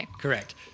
Correct